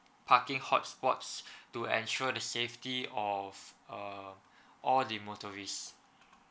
parking hot spots to ensure the safety of uh all the motorists